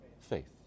faith